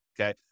okay